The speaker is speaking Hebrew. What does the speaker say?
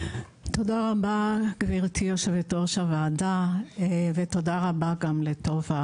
תודה רבה גברתי יושבת ראש הוועדה ותודה רבה גם לטובה